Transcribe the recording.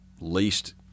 least